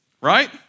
right